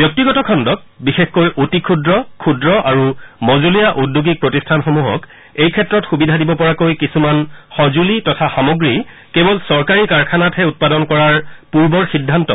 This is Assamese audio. ব্যক্তিগত খণ্ডক বিশেষকৈ অতি ক্ষুদ্ৰ ক্ষুদ্ৰ আৰু মজলীয়া ঔদ্যোগিক প্ৰতিষ্ঠানসমূহক এই ক্ষেত্ৰত সুবিধা দিব পৰাকৈ কিছুমান সঁজূলি তথা সামগ্ৰী কেৱল চৰকাৰী কাৰখানাতহে উৎপাদন কৰাৰ পূৰ্বৰ সিদ্ধান্ত